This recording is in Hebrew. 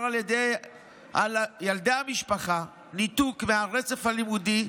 על ילדי המשפחה ניתוק מהרצף הלימודי,